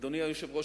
אדוני היושב-ראש,